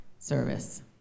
service